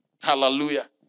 Hallelujah